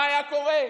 מה היה קורה?